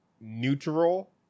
neutral